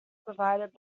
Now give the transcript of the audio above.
provided